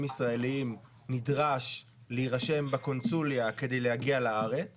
ישראלים נדרש להירשם בקונסוליה כדי להגיע לארץ